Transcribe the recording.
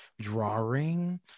drawing